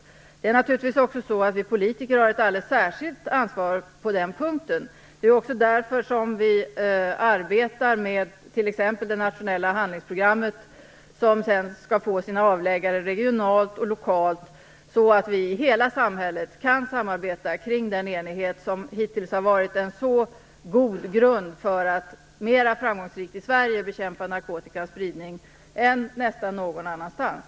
Vi politiker har naturligtvis också ett alldeles särskilt ansvar på den punkten. Det är också därför som vi t.ex. arbetar med det nationella handlingsprogrammet. Det skall sedan få avläggare regionalt och lokalt så att vi i hela samhället kan samarbeta med den enighet som hittils har varit en så god grund att vi i Sverige har kunnat bekämpa narkotikans spridning mera framgångsrikt än nästan någon annanstans.